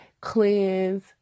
cleanse